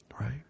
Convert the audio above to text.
Right